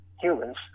humans